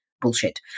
bullshit